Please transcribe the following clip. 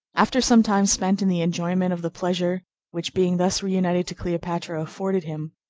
after some time spent in the enjoyment of the pleasure which being thus reunited to cleopatra afforded him,